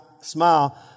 smile